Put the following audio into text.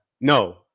No